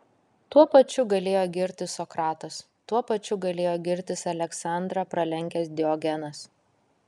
tuo pačiu galėjo girtis sokratas tuo pačiu galėjo girtis aleksandrą pralenkęs diogenas